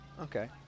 Okay